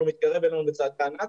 אבל הוא מתקרב אלינו בצעדי ענק,